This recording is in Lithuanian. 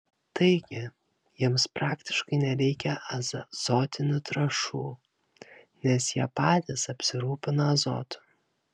taigi jiems praktiškai nereikia azotinių trąšų nes jie patys apsirūpina azotu